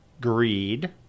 greed